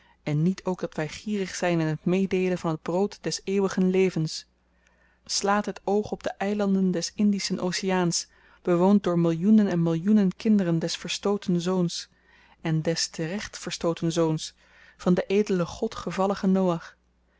en niet ook dat wy gierig zyn in het meedeelen van het brood des eeuwigen levens slaat het oog op de eilanden des indischen oceaans bewoond door millioenen en millioenen kinderen des verstooten zoons en des te-recht verstooten zoons van den edelen god